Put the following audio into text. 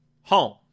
home